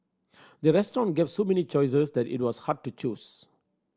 the restaurant gave so many choices that it was hard to choose